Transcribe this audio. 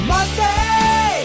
Monday